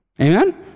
Amen